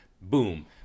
Boom